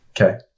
Okay